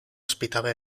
ospitava